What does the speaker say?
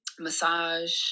massage